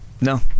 No